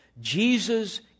Jesus